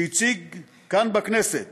שהציג כאן בכנסת